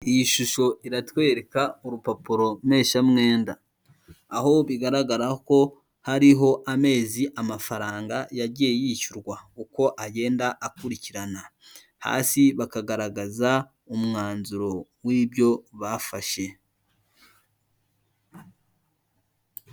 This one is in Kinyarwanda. Iyi shusho iratwereka urupapuro mpeshamwenda, aho bigaragara ko hariho amezi amafaranga yagiye yishyurwa uko agenda akurikirana, hasi bakagaragaza umwanzuro w'ibyo bafashe.